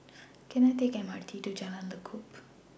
Can I Take M R T to Jalan Lekub